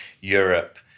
europe